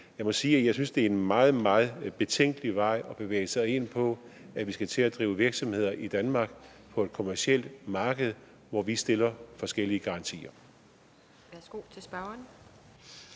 jeg synes, at det er en meget, meget betænkelig vej at bevæge sig ind på, altså at vi skal til at drive virksomheder i Danmark på et kommercielt marked, hvor vi stiller forskellige garantier.